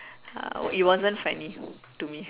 uh it wasn't funny to me